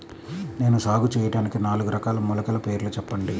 నేను సాగు చేయటానికి నాలుగు రకాల మొలకల పేర్లు చెప్పండి?